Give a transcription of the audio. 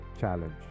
challenge